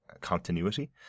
continuity